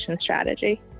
strategy